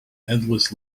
endless